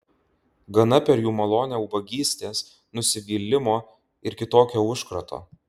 gana per jų malonę ubagystės nusivylimo ir kitokio užkrato